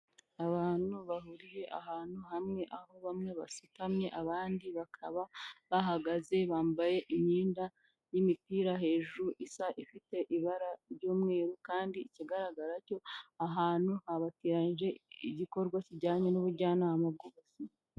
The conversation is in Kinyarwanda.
Abantu bahuriye ahantu hamwe aho bamwe basutamye abandi bakaba bahagaze bambaye imyenda y'imipira hejuru isa ifite ibara ry'umweru kandi ikigaragara cyo ahantu habatiranije igikorwa kijyanye n'ubujyanama bw'ubuzima.